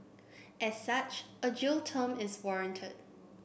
as such a jail term is warranted